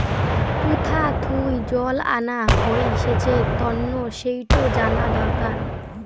কুথা থুই জল আনা হই সেচের তন্ন সেইটো জানা দরকার